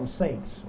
saints